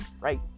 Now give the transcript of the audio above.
right